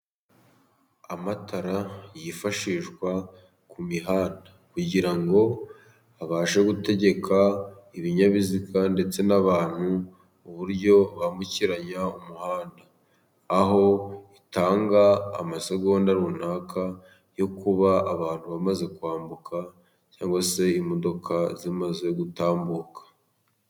Amatara yifashishwa ku mihanda kugira ngo abashe gutegeka ibinyabiziga ndetse n'abantu uburyo bambukiranya umuhanda, aho itanga amasegonda runaka yo kuba abantu bamaze kwambuka cyangwa se imodoka zimaze gutambuka.